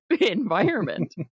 environment